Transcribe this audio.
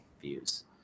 views